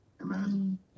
amen